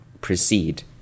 proceed